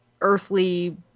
earthly